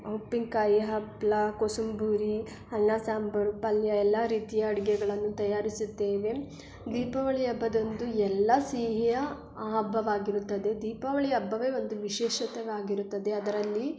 ಉಪ್ಪಿನಕಾಯಿ ಹಪ್ಳ ಕೋಸುಂಬರಿ ಅನ್ನ ಸಾಂಬಾರು ಪಲ್ಯ ಎಲ್ಲ ರೀತಿಯ ಅಡುಗೆಗಳನ್ನು ತಯಾರಿಸುತ್ತೇವೆ ದೀಪಾವಳಿ ಹಬ್ಬದಂದು ಎಲ್ಲ ಸಿಹಿಯ ಹಬ್ಬವಾಗಿರುತ್ತದೆ ದೀಪಾವಳಿ ಹಬ್ಬವೇ ಒಂದು ವಿಶೇಷವಾಗಿರುತ್ತದೆ ಅದರಲ್ಲಿ